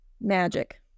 Magic